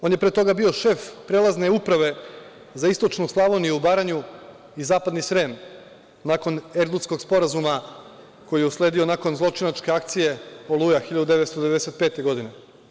On je pre toga bio šef prelazne Uprave za istočnu Slavoniju u Baranju i zapadni Srem nakon Erdutskog sporazuma koji je usledio nakon zločinačke akcije „Oluja“ 1995. godine.